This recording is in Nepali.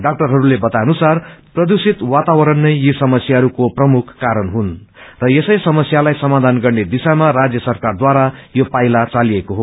डाक्टरहरूले बताए अनुसार प्रदूषित पर्यावरण नै यी समस्याहरूको प्रमुख कारण हुन् र यसै समस्यालाई समाधान गर्ने दिशामा राज्य सरकारद्वारा यो पाइला चालिएको हो